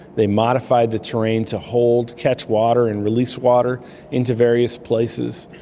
they modified the terrain to hold, catch water and release water into various places,